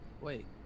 Wait